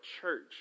church